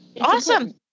Awesome